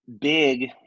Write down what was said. big